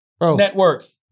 networks